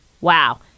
wow